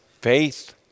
Faith